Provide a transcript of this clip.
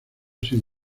sin